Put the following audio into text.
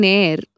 air